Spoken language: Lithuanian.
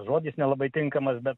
žodis nelabai tinkamas bet